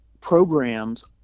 programs